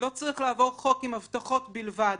לא צריך לעבור חוק עם הבטחות בלבד.